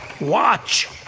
Watch